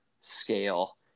scale